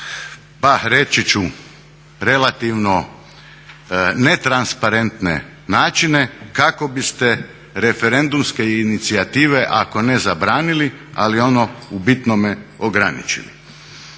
pa reći ću relativno netransparentne načine kako biste referendumske inicijative, ako ne zabrani ali ono u bitnome ograničili.